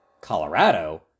Colorado